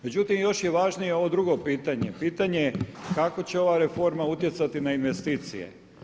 Međutim još je važnije ovo drugo pitanje, pitanje kako će ova reforma utjecati na investicije?